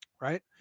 Right